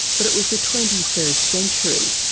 but it was the twenty-first century.